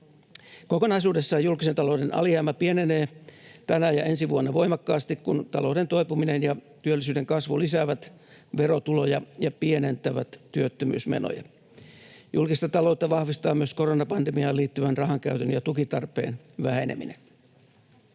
Kokonaisuudessaan julkisen talouden alijäämä pienenee tänä ja ensi vuonna voimakkaasti, kun talouden toipuminen ja työllisyyden kasvu lisäävät verotuloja ja pienentävät työttömyysmenoja. Julkista taloutta vahvistaa myös koronapandemiaan liittyvän rahankäytön ja tukitarpeen väheneminen.